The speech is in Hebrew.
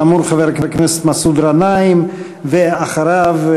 כאמור, חבר הכנסת מסעוד גנאים, ואחריו,